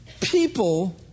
people